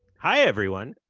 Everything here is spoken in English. hi, everyone.